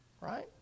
Right